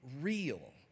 real